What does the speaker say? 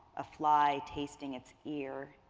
a fly tasting its ear.